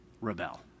Rebel